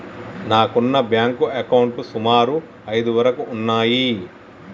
నాకున్న బ్యేంకు అకౌంట్లు సుమారు ఐదు వరకు ఉన్నయ్యి